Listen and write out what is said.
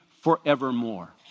forevermore